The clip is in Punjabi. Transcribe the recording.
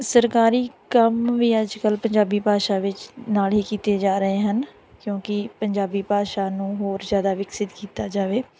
ਸਰਕਾਰੀ ਕੰਮ ਵੀ ਅੱਜ ਕੱਲ੍ਹ ਪੰਜਾਬੀ ਭਾਸ਼ਾ ਵਿੱਚ ਨਾਲ ਹੀ ਕੀਤੇ ਜਾ ਰਹੇ ਹਨ ਕਿਉਂਕਿ ਪੰਜਾਬੀ ਭਾਸ਼ਾ ਨੂੰ ਹੋਰ ਜ਼ਿਆਦਾ ਵਿਕਸਿਤ ਕੀਤਾ ਜਾਵੇ